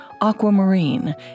Aquamarine